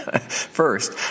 First